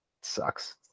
Sucks